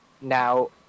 Now